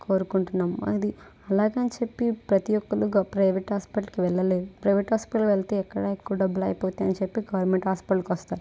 కోరుకుంటున్నాం అది అలాగని చెప్పి ప్రతి ఒక్కరు గో ప్రైవేట్ హాస్పిటల్కి వెళ్ళలేరు ప్రైవేట్ హాస్పిటల్కి వెళ్తే ఎక్కడ ఎక్కువ డబ్బులు అయిపోతాయని చెప్పి గవర్నమెంట్ హాస్పిటల్కి వస్తారు